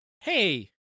hey